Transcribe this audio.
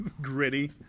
Gritty